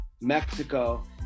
Mexico